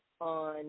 on